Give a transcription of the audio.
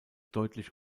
deutlich